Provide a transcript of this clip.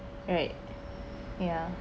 right ya